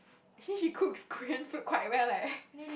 since she cooks Korean food quite well like